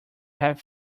have